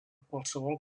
qualsevol